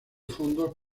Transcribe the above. fondos